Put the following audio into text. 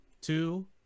two